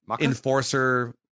enforcer